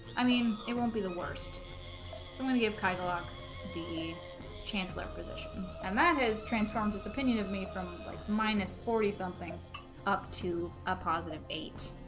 i mean it won't be the worst so i'm gonna give kaiser lakh the chancellor position and that is transformed its opinion of me from minus forty something up to a positive eight